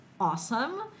awesome